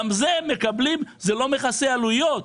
גם זה לא מכסה עלויות.